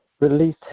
release